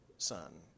son